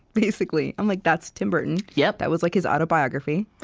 basically. i'm like, that's tim burton. yeah that was like his autobiography.